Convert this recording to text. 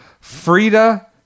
Frida